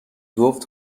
گفت